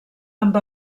amb